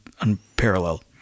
unparalleled